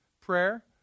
prayer